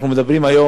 על קרוב